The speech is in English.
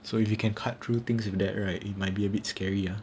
so if you can cut through things with that right it might be a bit scary ah